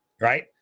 right